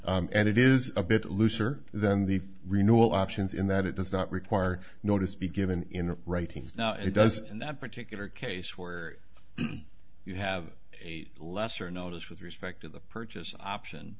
eight and it is a bit looser than the renewal options in that it does not require notice be given in writing it does in that particular case where you have a lesser notice with respect to the purchase option